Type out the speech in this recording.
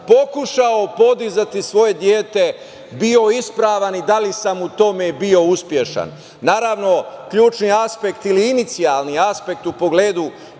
pokušao podizati svoje dete bio ispravan i da li sam u tome bio uspešan. Naravno, ključni aspekt, ili inicijalni aspekt u pogledu